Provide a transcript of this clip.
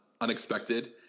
unexpected